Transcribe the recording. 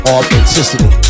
Authenticity